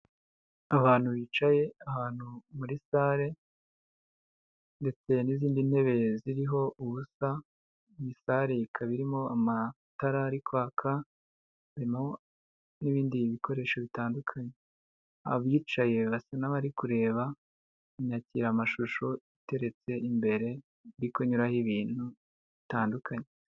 Abantu bicaye ahantu muri sale ndetse n'izindi ntebe ziriho ubusa, iyi sale ikaba irimo amatara ari kwaka, harimo n'ibindi bikoresho bitandukanye. Abicaye basa n'abari kureba inyakiramashusho iteretse imbere iri kunyuraho ibintu bitandukanye.